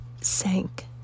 sank